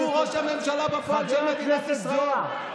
חבר הכנסת זוהר.